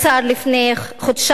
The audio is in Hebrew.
לפני חודשיים,